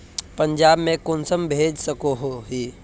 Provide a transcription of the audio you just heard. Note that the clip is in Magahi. पंजाब में कुंसम भेज सकोही?